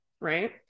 Right